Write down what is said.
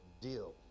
deal